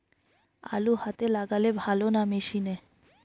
আলু হাতে লাগালে ভালো না মেশিনে?